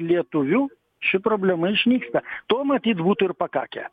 lietuvių ši problema išnyksta to matyt būtų ir pakakę